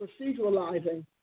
proceduralizing